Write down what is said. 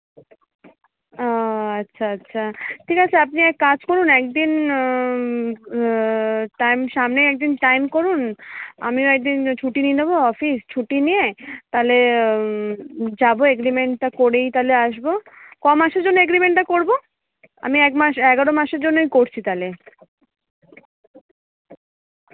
ও আচ্ছা আচ্ছা ঠিক আছে আপনি এক কাজ করুন একদিন টাইম সামনেই এক দিন টাইম করুন আমিও এক দিন ছুটি নিয়ে নেবো অফিস ছুটি নিয়ে তাহলে যাবো এগ্রিমেন্টটা করেই তাহলে আসবো ক মাসের জন্য এগ্রিমেন্টটা করবো আমি এক মাস এগারো মাসের জন্যই করছি তাহলে